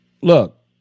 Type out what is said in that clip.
Look